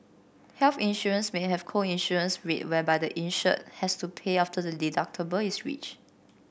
health insurance may have a co insurance rate whereby the insured has to pay after the deductible is reached